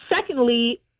Secondly